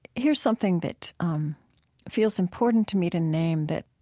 here's something that um feels important to me to name, that